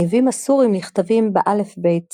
הניבים הסורים נכתבים באלפבית סורי,